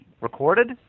Recorded